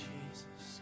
Jesus